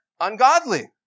ungodly